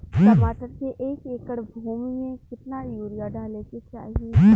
टमाटर के एक एकड़ भूमि मे कितना यूरिया डाले के चाही?